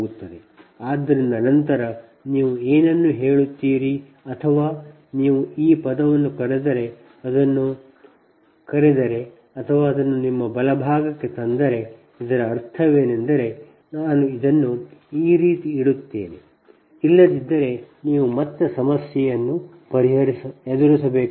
ಆದ್ದರಿಂದ ನಂತರ ನೀವು ಏನನ್ನು ಹೇಳುತ್ತೀರಿ ಅಥವಾ ನೀವು ಈ ಪದವನ್ನು ಕರೆದರೆ ಅದನ್ನು ನಿಮ್ಮ ಬಲಭಾಗಕ್ಕೆ ತಂದರೆ ಇದರ ಅರ್ಥವೇನೆಂದರೆ ನಾನು ಇದನ್ನು ಈ ರೀತಿ ಇಡುತ್ತೇನೆ ಇಲ್ಲದಿದ್ದರೆ ನೀವು ಮತ್ತೆ ಸಮಸ್ಯೆಯನ್ನು ಎದುರಿಸಬೇಕಾಗುತ್ತದೆ